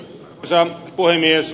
arvoisa puhemies